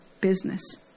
business